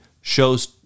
shows